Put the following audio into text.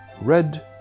Red